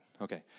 Okay